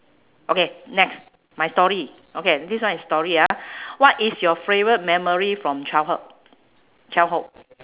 okay next my story okay this one is story ah what is your favourite memory from childhood childhood